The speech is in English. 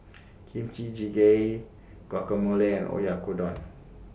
Kimchi Jjigae Guacamole Oyakodon